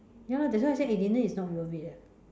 ya lah that's why I say eh dinner is not worth it ah